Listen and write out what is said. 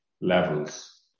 levels